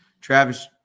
Travis –